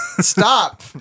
stop